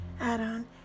add-on